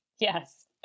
yes